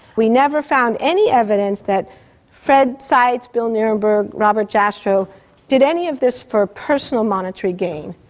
we never found any evidence that fred seitz, bill nierenberg, robert jastrow did any of this for personal monetary gain.